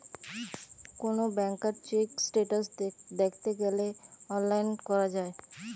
কোন ব্যাংকার check status দ্যাখতে গ্যালে অনলাইন করা যায়